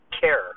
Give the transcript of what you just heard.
care